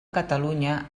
catalunya